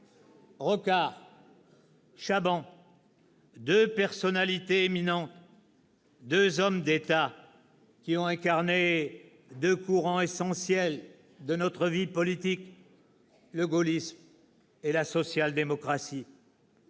Rocard, Chaban : deux personnalités éminentes, deux hommes d'État qui ont incarné deux courants essentiels de notre vie politique, le gaullisme et la social-démocratie